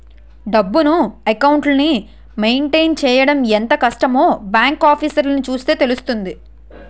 డబ్బును, అకౌంట్లని మెయింటైన్ చెయ్యడం ఎంత కష్టమో బాంకు ఆఫీసర్లని చూస్తే తెలుస్తుంది